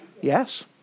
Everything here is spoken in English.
Yes